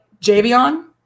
Javion